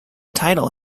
title